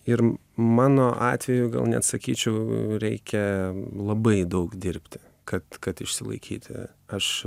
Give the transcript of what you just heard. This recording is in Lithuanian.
ir mano atveju gal net sakyčiau reikia labai daug dirbti kad kad išsilaikyti aš